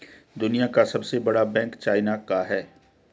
दुनिया का सबसे बड़ा बैंक चाइना का है